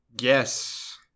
yes